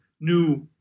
new